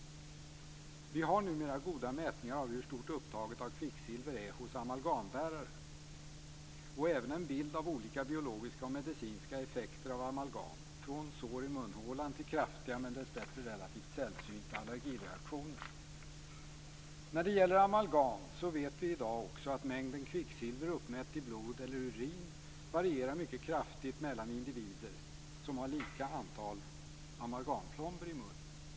Vi har numera goda mätningar av hur stort upptaget av kvicksilver är hos amalgambärare, och även en bild av olika biologiska och medicinska effekter av amalgam, från sår i munhålan till kraftiga, men dessbättre relativt sällsynta, allergireaktioner. När det gäller amalgam vet vi i dag också att mängden kvicksilver uppmätt i blod eller urin varierar mycket kraftigt mellan individer som har lika antal amalgamplomber i munnen.